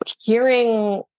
hearing